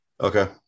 Okay